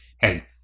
Hey